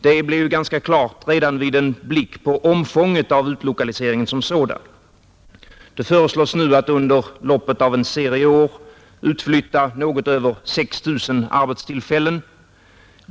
Detta blir ganska klart redan vid en blick på omfånget av utlokaliseringen som sådan, Det föreslås nu att under loppet av en serie år utflytta något över 6 000 arbetstillfällen.